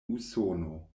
usono